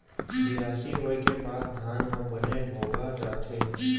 बियासी होय के बाद धान ह बने भोगा जाथे